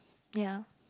ya